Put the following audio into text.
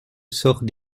sort